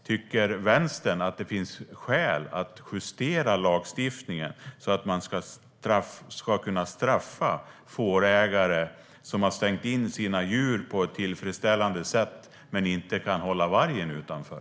Tycker Vänstern att det finns skäl att justera lagstiftningen så att man ska kunna straffa fårägare som har stängt in sina djur på ett tillfredsställande sätt men inte kan hålla vargen utanför?